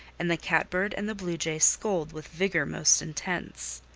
and the catbird, and the blue jay, scold with vigor most intense,